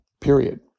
period